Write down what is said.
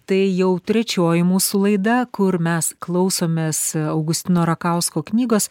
tai jau trečioji mūsų laida kur mes klausomės augustino rakausko knygos